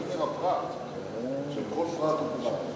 אני אומר "הפרט", של כל פרט ופרט.